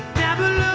haven't